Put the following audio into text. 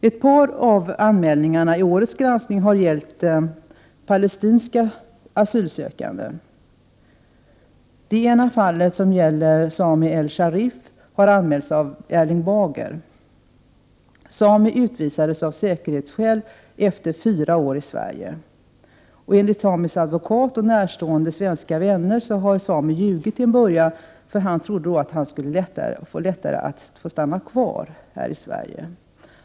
Ett par av anmälningarna i årets granskning har gällt palestinska asylsökande. Det ena fallet, som gäller Sami el-Sharif, har anmälts av Erling Bager. Sami utvisades av säkerhetsskäl efter fyra år i Sverige. Enligt Samis advokat och närstående svenska vänner har Sami ljugit till en början, för han trodde att han då lättare skulle få stanna kvar i Sverige.